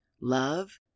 love